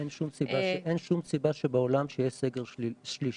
אין שום סיבה שבעולם שיהיה סגר שלישי,